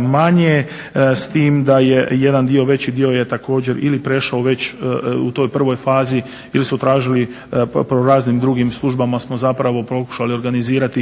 manje s tim da je veći dio također ili prešao već u toj prvoj fazi ili su tražili po raznim drugim službama smo pokušali organizirati